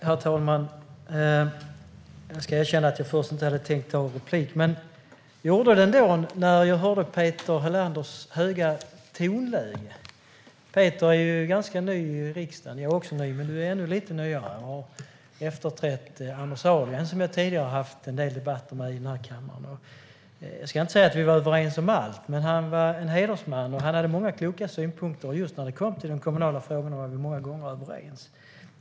Herr talman! Jag ska erkänna att jag först inte hade tänkt ta replik, men jag gjorde det ändå när jag hörde Peter Helanders höga tonläge. Peter är ganska ny i riksdagen. Jag är också ny, men Peter är ännu lite nyare. Han efterträdde Anders Ahlgren, som jag tidigare haft en del debatter med i den här kammaren. Jag ska inte säga att vi var överens om allt, men han var en hedersman, och han hade många kloka synpunkter. Just i de kommunala frågorna var vi många gånger överens.